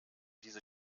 diese